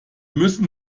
müssen